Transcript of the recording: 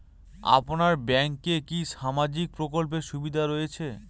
আপনার ব্যাংকে কি সামাজিক প্রকল্পের সুবিধা রয়েছে?